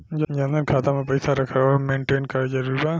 जनधन खाता मे पईसा रखल आउर मेंटेन करल जरूरी बा?